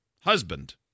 Husband